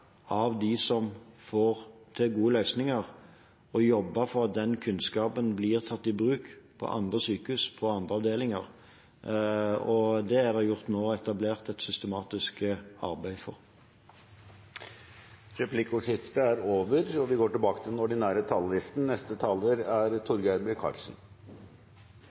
av dem som får til gode løsninger, og jobbe for at den kunnskapen blir tatt i bruk på andre sykehus, på andre avdelinger. Det er det nå gjort et systematisk arbeid for. Replikkordskiftet er over. De talere som heretter får ordet, har en taletid på inntil 3 minutter. Det er